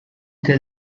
the